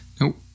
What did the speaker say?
Nope